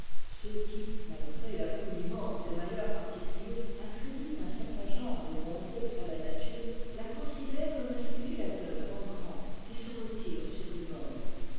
ceux qui malgré la foule immense des malheurs particuliers attribuent un certain genre de bonté à la nature la considèrent comme un spéculateur en grand qui se retire sur le nombre